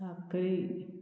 Sanquelim